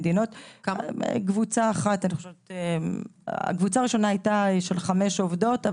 הקבוצה הראשונה הייתה של חמש עובדות.